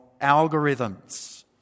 algorithms